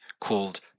called